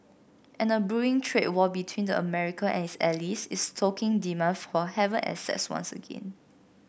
and a brewing trade war between the America and its allies is stoking demand for haven assets once again